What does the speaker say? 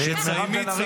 תמשיכי עוד, נו.